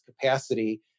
capacity